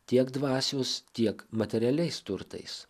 tiek dvasios tiek materialiais turtais